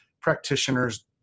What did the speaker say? practitioners